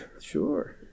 Sure